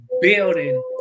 building